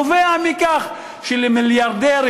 הוא נובע מכך שמיליארדרים,